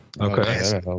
Okay